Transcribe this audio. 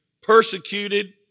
Persecuted